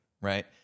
right